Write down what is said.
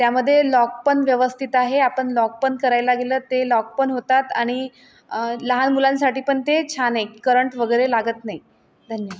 त्यामध्ये लॉक पण व्यवस्थित आहे आपण लॉक पण करायला गेलं ते लॉक पण होतात आणि लहान मुलांसाठी पण ते छान आहे करंट वगैरे लागत नाही धन्यवाद